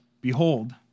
behold